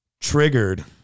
triggered